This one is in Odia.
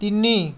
ତିନି